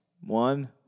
one